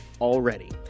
already